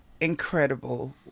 incredible